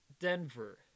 denver